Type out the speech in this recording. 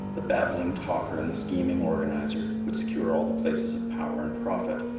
the babbling talker and the scheming organizer, would secure all the places of power and profit,